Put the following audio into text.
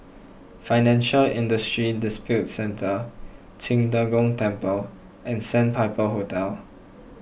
Financial Industry Disputes Centre Qing De Gong Temple and Sandpiper Hotel